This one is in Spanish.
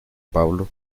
pablo